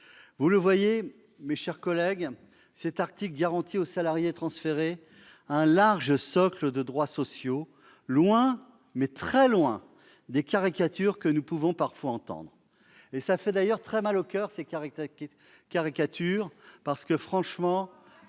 Vous le voyez, mes chers collègues, cet article garantit aux salariés transférés un large socle de droits sociaux, loin, très loin des caricatures que nous pouvons parfois entendre. Ces caricatures font d'ailleurs mal au coeur parce que, franchement,